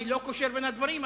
אני לא קושר בין הדברים,